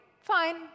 Fine